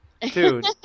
dude